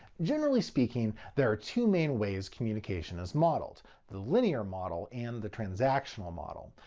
generally speaking there are two main ways communication is modeled the linear model and the transactional model.